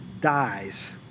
dies